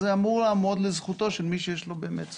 זה אמור לעמוד לזכותו של מי שבאמת יש לו זכות.